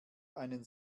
einen